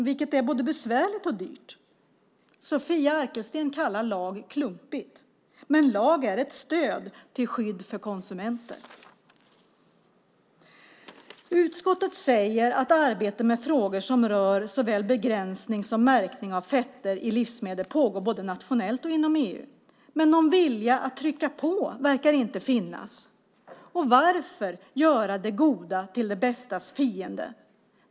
Det är både besvärligt och dyrt. Sofia Arkelsten kallar lagar klumpiga. Men lagar är ett stöd till skydd för konsumenter. Utskottet säger att arbete med frågor som rör såväl begränsning som märkning av fetter i livsmedel pågår både nationellt och inom EU. Men någon vilja att trycka på verkar inte finnas. Och varför göra det goda till det bästas fiende?